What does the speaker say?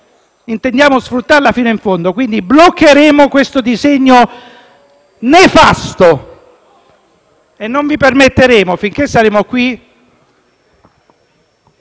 intendiamo sfruttarla fino in fondo. Bloccheremo questo disegno di legge nefasto e non vi permetteremo, finché saremo qui,